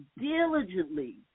diligently